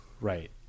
right